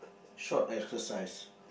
short exercise